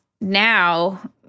now